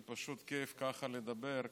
זה פשוט כיף ככה לדבר,